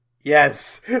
Yes